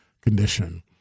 condition